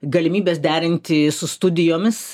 galimybės derinti su studijomis